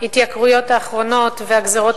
כשההתייקרויות האחרונות והגזירות